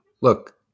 look